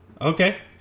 Okay